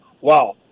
Wow